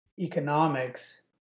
economics